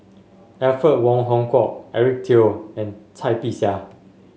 Alfred Wong Hong Kwok Eric Teo and Cai Bixia